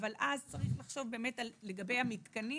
אבל אז צריך לחשוב לגבי המתקנים